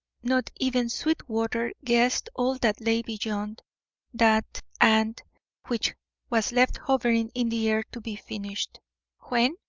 not even sweetwater, guessed all that lay beyond that and which was left hovering in the air to be finished when?